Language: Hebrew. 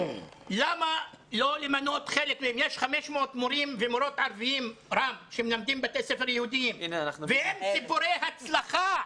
יש 500 מורים ומורות ערביים שמלמדים בבתי ספר יהודים והם סיפורי הצלחה.